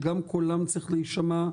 שגם קולם צריך להישמע,